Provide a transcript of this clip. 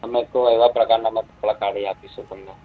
તમે કહો એવા પ્રકારનાં અમે કપડાં કાઢી આપીશું તમને